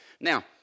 Now